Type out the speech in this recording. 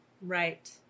Right